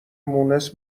مونس